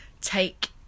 take